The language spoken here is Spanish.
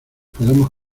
podemos